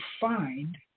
find